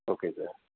okay sir